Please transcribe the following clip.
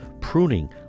pruning